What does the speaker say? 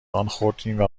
ﮔﺮﮔﺎﻥ